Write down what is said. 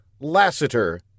Lassiter